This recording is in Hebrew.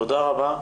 תודה רבה.